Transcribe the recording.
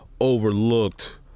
overlooked